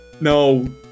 No